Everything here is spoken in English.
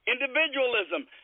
individualism